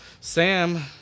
Sam